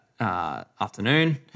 Afternoon